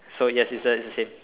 so yes it's the it's the same